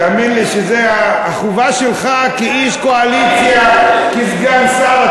תאמין לי שזאת החובה שלך כאיש קואליציה, כסגן שר.